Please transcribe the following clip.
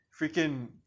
freaking